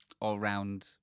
all-round